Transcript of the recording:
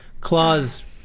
claws